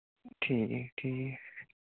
ٹھیٖک ٹھیٖک